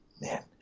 man